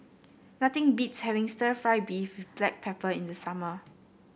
nothing beats having stir fry beef with Black Pepper in the summer